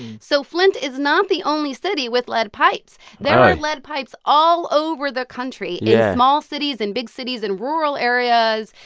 so flint is not the only city with lead pipes. there are lead pipes all over the country in. yeah. small cities, in big cities, in rural areas,